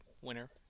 winner